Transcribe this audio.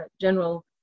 general